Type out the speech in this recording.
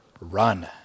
run